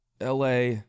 la